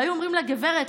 והיו אומרים לה: גברת,